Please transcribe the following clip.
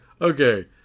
okay